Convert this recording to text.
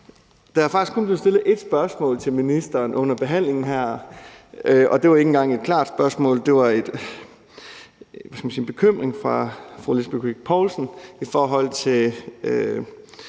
Der er faktisk kun blevet stillet et spørgsmål til ministeren under behandlingen her, og det var ikke engang et klart spørgsmål. Det var – hvad skal man sige – et udtryk for en